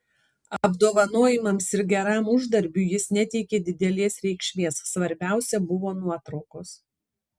apdovanojimams ir geram uždarbiui jis neteikė didelės reikšmės svarbiausia buvo nuotraukos